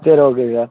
சரி okay sir